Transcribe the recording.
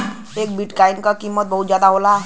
एक बिट्काइन क कीमत बहुते जादा होला